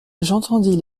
j’entendis